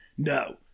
No